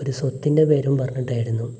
ഒരു സ്വത്തിൻ്റെ പേരും പറഞ്ഞിട്ടായിരുന്നു